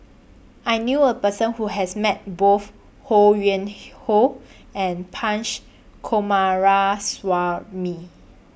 I knew A Person Who has Met Both Ho Yuen Hoe and Punch Coomaraswamy